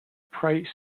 price